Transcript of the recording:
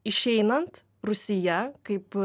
išeinant rūsyje kaip